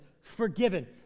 forgiven